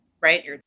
right